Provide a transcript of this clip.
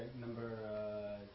number